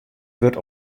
wurdt